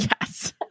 Yes